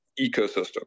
ecosystem